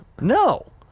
No